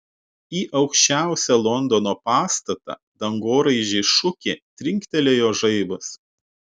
į aukščiausią londono pastatą dangoraižį šukė trinktelėjo žaibas